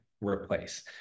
replace